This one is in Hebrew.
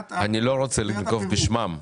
לסוגיית --- אני לא רוצה לנקוב בשמם.